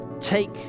take